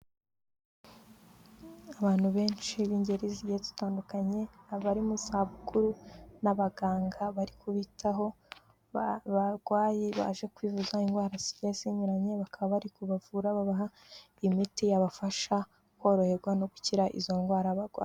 Abantu benshi b'ingeri ziri zitandukanye abari mu zabukuru n'abaganga bari kubitaho, barwaye baje kwivuza indwara zigiye zinyuranye bakaba bari kubavura babaha imiti yabafasha koroherwa no gukira izo ndwara barwaye.